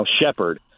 Shepard